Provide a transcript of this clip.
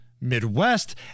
midwest